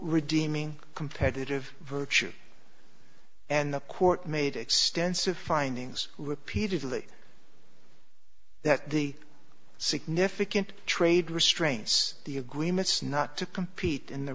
redeeming competitive virtue and the court made extensive findings repeatedly that the significant trade restraints the agreements not to compete in the